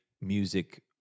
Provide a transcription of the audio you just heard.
music